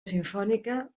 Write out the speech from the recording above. simfònica